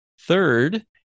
Third